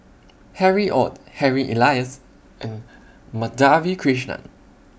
Harry ORD Harry Elias and Madhavi Krishnan